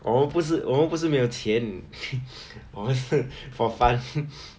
我们不是我们不是没有钱 我们是 for fun